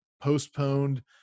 postponed